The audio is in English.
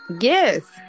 yes